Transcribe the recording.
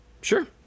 Sure